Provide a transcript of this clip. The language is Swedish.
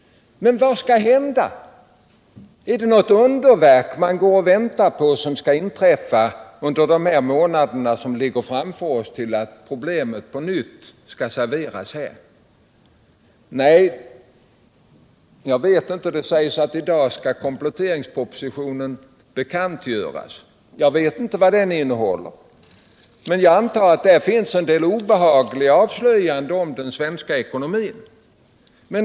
Men vad skall hända under detta år? Är det något underverk, som man går och väntar på och som skall inträffa unde: de månader som ligger framför oss, tills problemet på nytt skall serveras här i riksdagen? Det sägs att kompletteringspropositionen skall bekantgöras i dag. Jag vet inte vad den innehåller, men jag antar att det där finns en del obehagliga avslöjanden om den svenska ekonomin.